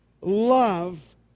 love